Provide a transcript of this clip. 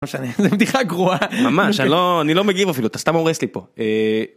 לא משנה, בדיחה גרועה. ממש, אני לא מגיב אפילו, אותה סתם הורס לי פה.